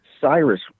cyrus